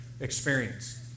experience